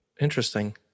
Interesting